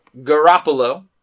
Garoppolo